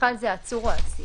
ובכלל זה העצור או האסיר,